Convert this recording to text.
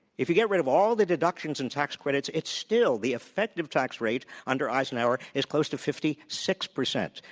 if you get rid of all the deductions and tax credits, it's still the effective tax rate under eisenhower is closer to fifty six percent,